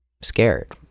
scared